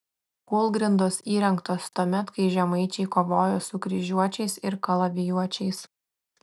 kūlgrindos įrengtos tuomet kai žemaičiai kovojo su kryžiuočiais ir kalavijuočiais